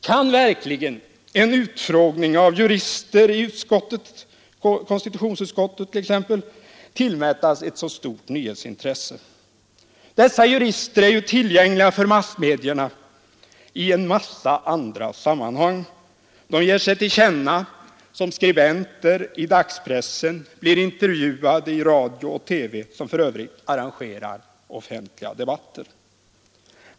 Kan verkligen en utfrågning av jurister i ett utskott — konstitutionsutskottet t.ex. tillmätas ett så stort nyhetsintresse? Dessa jurister är ju tillgängliga för massmedierna i en mängd andra sammanhang: de ger sig till känna som skribenter i dagspressen, de blir intervjuade i radio och TV, som för övrigt också arrangerar offentliga debatter.